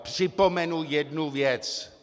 Připomenu jednu věc.